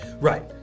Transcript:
Right